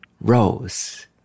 rose